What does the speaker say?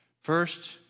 First